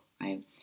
right